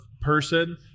person